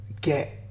get